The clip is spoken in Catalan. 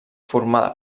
formada